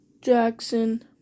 Jackson